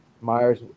Myers